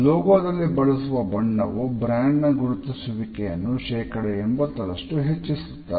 ಲೋಗೋದಲ್ಲಿ ಬಳಸುವ ಬಣ್ಣವು ಬ್ರಾಂಡ್ ನ ಗುರುತಿಸುವಿಕೆಯನ್ನು ಶೇಕಡ 80ರಷ್ಟು ಹೆಚ್ಚಿಸುತ್ತದೆ